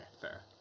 fair